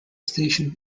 station